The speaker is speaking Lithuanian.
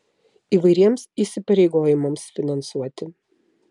įvairiems įsipareigojimams finansuoti